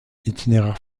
itinéraire